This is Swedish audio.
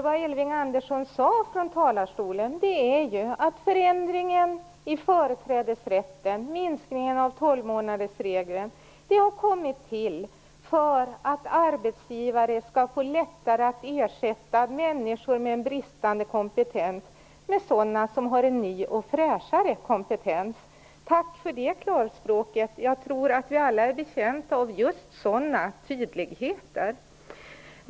Vad Elving Andersson sade här i talarstolen var ju att förändringen i fråga om företrädesrätten och minskningen av tolvmånadersregeln har kommit till för att arbetsgivare lättare skall kunna ersätta människor som har bristande kompetens med sådana som har en ny och fräschare kompetens. Tack för det klarspråket! Jag tror att vi alla är betjänta av just sådana tydligheter.